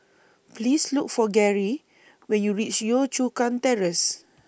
Please Look For Gerry when YOU REACH Yio Chu Kang Terrace